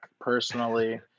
personally